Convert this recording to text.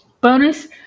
Bonus